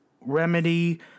Remedy